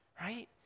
right